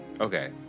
Okay